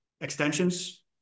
extensions